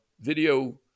video